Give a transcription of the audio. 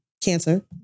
cancer